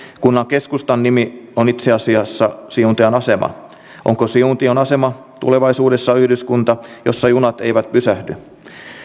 kunnan keskustan nimi on itse asiassa siuntion asema onko siuntion asema tulevaisuudessa yhdyskunta jossa junat eivät pysähdy